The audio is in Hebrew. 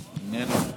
איננו.